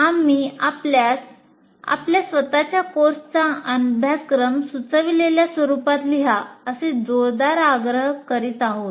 आम्ही आपल्यास आपल्या स्वतःच्या कोर्सचा अभ्यासक्रम सुचविलेल्या स्वरूपात लिहा असे जोरदार आग्रह करीत होतो